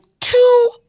two